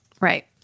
Right